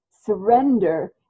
surrender